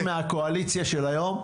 ראשי הארגונים כבר נמצאים מאחורי סורג ובריח.